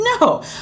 no